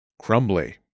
Crumbly